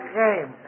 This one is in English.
game